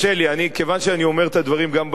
כיוון שאני אומר את הדברים גם בעימותים